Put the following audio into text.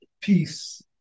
peace